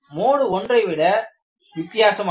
mode 1 ஐ விட வித்தியாசமானது